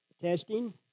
Testing